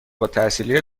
التحصیلی